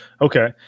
okay